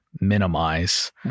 minimize